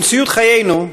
במציאות חיינו,